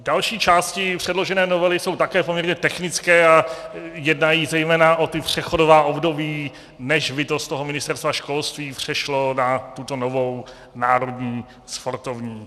Další části předložené novely jsou také poměrně technické a jednají zejména o ta přechodová období, než by to z Ministerstva školství přešlo na tuto novou Národní sportovní agenturu.